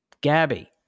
Gabby